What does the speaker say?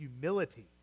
humility